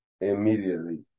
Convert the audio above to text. immediately